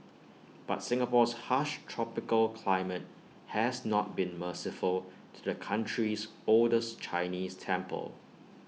but Singapore's harsh tropical climate has not been merciful to the country's oldest Chinese temple